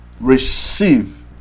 Receive